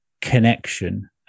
connection